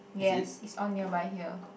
yes it's all nearby here